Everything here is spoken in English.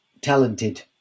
talented